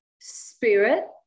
spirit